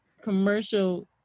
commercial